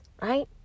right